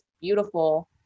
beautiful